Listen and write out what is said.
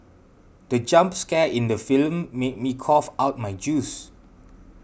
the jump scare in the film made me cough out my juice